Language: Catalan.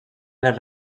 les